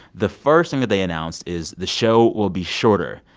the first thing they announced is the show will be shorter,